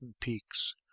peaks